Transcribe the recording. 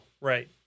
right